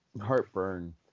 Heartburn